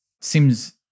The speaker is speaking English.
seems